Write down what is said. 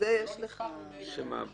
לזה יש לך מענה.